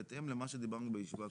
בהתאם למה שדיברנו בישיבה הקודמת.